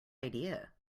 idea